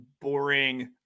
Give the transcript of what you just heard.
boring